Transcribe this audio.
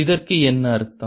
இதற்கு என்ன அர்த்தம்